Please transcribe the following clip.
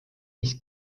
mis